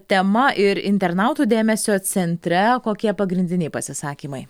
tema ir internautų dėmesio centre kokie pagrindiniai pasisakymai